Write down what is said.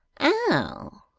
oh!